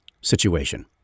situation